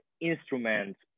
instruments